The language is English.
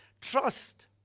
Trust